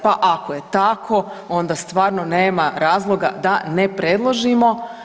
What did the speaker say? Pa ako je tako onda stvarno nema razloga da ne predložimo.